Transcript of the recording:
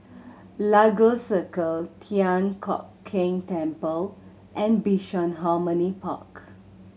Lagos Circle Thian Hock Keng Temple and Bishan Harmony Park